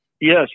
yes